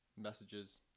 messages